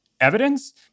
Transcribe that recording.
evidence